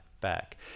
back